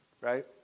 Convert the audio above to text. right